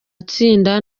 itsinda